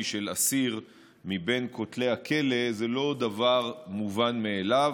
של אסיר מבין כותלי הכלא זה לא דבר מובן מאליו.